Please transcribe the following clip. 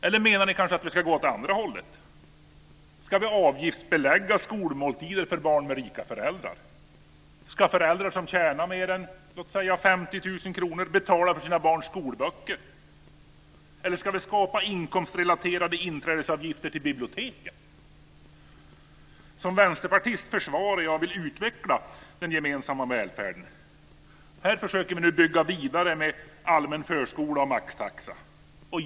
Eller menar ni kanske att vi ska gå åt andra hållet? Ska vi avgiftsbelägga skolmåltider för barn med rika föräldrar? Ska föräldrar som tjänar mer än låt säga 50 000 kr betala för sina barns skolböcker? Eller ska vi skapa inkomstrelaterade inträdesavgifter till biblioteken? Som vänsterpartist försvarar jag och vill utveckla den gemensamma välfärden. Här försöker vi nu bygga vidare med allmän förskola och maxtaxa.